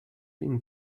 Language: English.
been